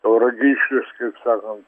tauragiškius kaip sakant